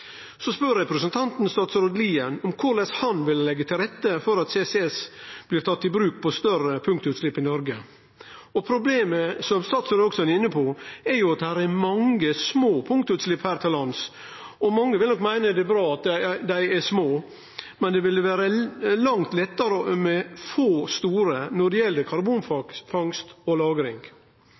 Så spør representanten statsråd Lien om korleis han vil leggje til rette for at CCS blir tatt i bruk på større punktutslepp i Noreg. Problemet, som statsråden òg er inne på, er at det er mange små punktutslepp her i landet, og mange vil nok meine det er bra at dei er små, men det ville vere langt lettare med få, store når det gjeld karbonfangst og